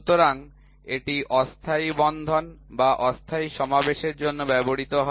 সুতরাং এটি অস্থায়ী বন্ধন বা অস্থায়ী সমাবেশের জন্য ব্যবহৃত হয়